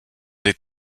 des